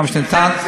כמה שניתן.